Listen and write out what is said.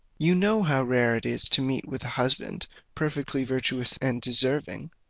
you know how rare it is to meet with a husband perfectly virtuous and deserving.